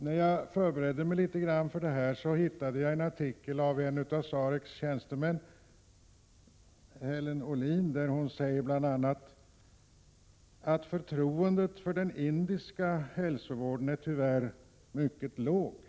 När jag förberedde mig i detta ämne hittade jag en artikel av en av SAREC:s tjänstemän, Hellen Ohlin. Hon säger bl.a. att förtroendet för den indiska hälsovården tyvärr är mycket lågt.